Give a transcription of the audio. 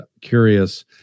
curious